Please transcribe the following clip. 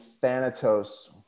thanatos